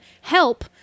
help